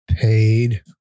paid